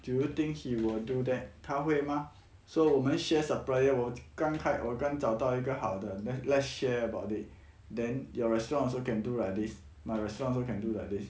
do you think he will do that 他会吗说我们 share supplier 我刚我刚找到一个好的 let's share about it then your restaurants also can do like this my restaurant also can do like this